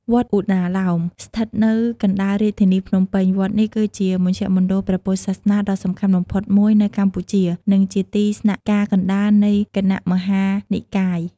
វត្តឧណ្ណាលោម ស្ថិតនៅកណ្តាលរាជធានីភ្នំពេញ វត្តនេះគឺជាមជ្ឈមណ្ឌលព្រះពុទ្ធសាសនាដ៏សំខាន់បំផុតមួយនៅកម្ពុជា និងជាទីស្នាក់ការកណ្តាលនៃគណៈមហានិកាយ។